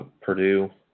Purdue